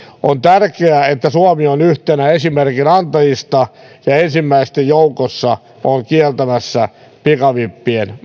on tärkeää että suomi on yhtenä esimerkin antajista ja ensimmäisten joukossa kieltämässä pikavippien